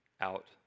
out